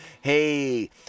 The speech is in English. Hey